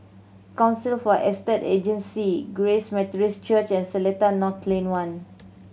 Council for Estate Agency Grace Methodist Church and Seletar North Lane One